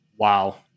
Wow